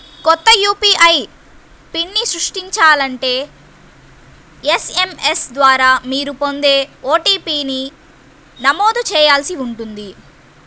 కొత్త యూ.పీ.ఐ పిన్ని సృష్టించాలంటే ఎస్.ఎం.ఎస్ ద్వారా మీరు పొందే ఓ.టీ.పీ ని నమోదు చేయాల్సి ఉంటుంది